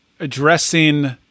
Addressing